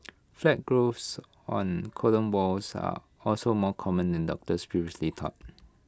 flat growths on colon walls are also more common than doctors previously thought